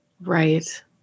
Right